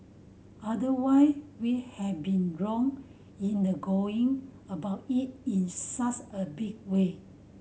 otherwise we have been wrong in the going about it in such as big way